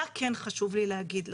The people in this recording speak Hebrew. מה כן חשוב לי להגיד לכם?